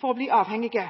for å bli avhengige.